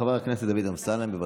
חבר הכנסת דוד אמסלם, בבקשה.